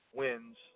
wins